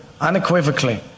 unequivocally